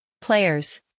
Players